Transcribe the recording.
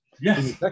Yes